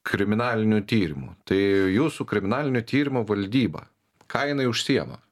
kriminalinių tyrimų tai jūsų kriminalinių tyrimų valdyba ką jinai užsiema